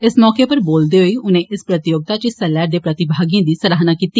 इस मौके उप्पर बोलदे होई उनें इस प्रतियोगिता च हिस्सा लैरदे प्रतिभागिएं दी सराहना कीती